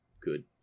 good